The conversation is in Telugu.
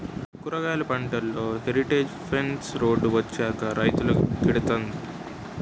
కూరగాయలు పంటలో హెరిటేజ్ ఫెన్స్ రోడ్ వచ్చాక రైతుకు గిడతంది